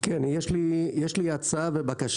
כן, יש לי הצעה ובקשה.